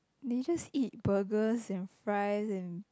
they just eat burgers and fries and